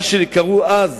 מה שקראו אז